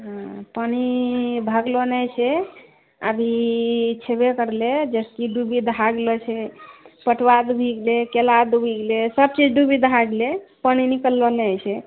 हँ पानि भागलो नहि छै अभी छेबे करलै जाहिसँ कि डूबी दहा गेलो छै पटुवा डूबी गेलै केला डूबी गेलै सबचीज डूबी दहाए गेलै पानि निकललो नहि छै